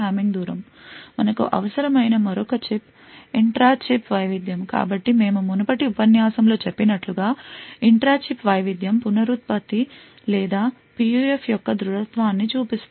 మనకు అవసరమైన మరొక చెక్ ఇంట్రా చిప్ వైవిధ్యం కాబట్టి మేము మునుపటి ఉపన్యాసంలో చెప్పినట్లుగా ఇంట్రా చిప్ వైవిధ్యం పునరుత్పత్తి లేదా PUF యొక్క దృఢత్వాన్ని చూపుతుంది